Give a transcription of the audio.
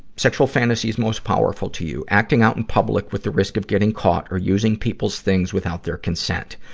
sexual fantasies most powerful to you? acting out in public with the risk of getting caught, or using people's things without their consent.